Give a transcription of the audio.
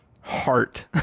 heart